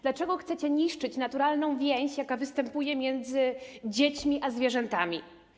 Dlaczego chcecie niszczyć naturalną więź, jaka występuje między dziećmi a zwierzętami?